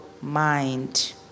mind